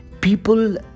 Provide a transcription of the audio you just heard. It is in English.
people